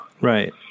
Right